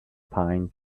pine